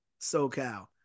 SoCal